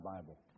Bible